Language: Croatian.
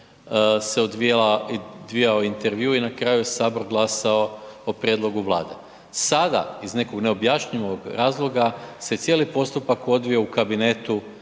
se odvijao intervju i na kraju je Sabor glasao po prijedlog Vlade. Sada iz nekog neobjašnjivog razloga se cijeli postupak odvio u kabinetu